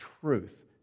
truth